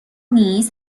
نیز